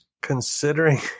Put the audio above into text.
Considering